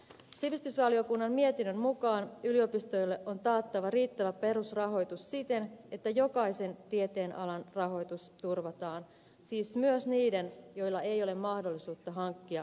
sivistysvaliokunnan mietinnön mukaan yliopistoille on taattava riittävä perusrahoitus siten että jokaisen tieteenalan rahoitus turvataan siis myös niiden joilla ei ole mahdollisuutta hankkia ulkoista rahoitusta